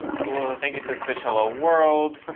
um cool. thank you, says twitchhelloworld.